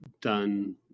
done